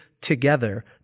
together